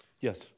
Yes